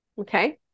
Okay